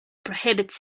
prohibits